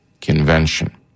Convention